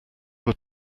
were